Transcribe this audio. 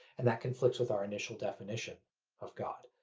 and that conflicts with our initial definition of god.